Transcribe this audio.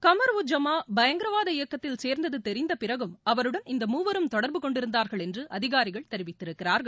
கமர் வுஜ் ஜாமா பயங்கரவாத இயக்கத்தில் சேர்ந்தது தெிந்தபிறகும் அவருடன் இந்த மூவரும் தொடர்பு கொண்டிருந்தார்கள் என்று அதிகாரிகள் தெரிவித்திருக்கிறார்கள்